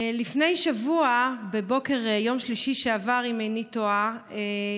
לפני שבוע, בבוקר יום שלישי שעבר, אם איני טועה,